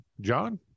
John